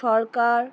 সরকার